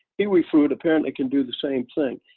here we fruit apparently can do the same thing,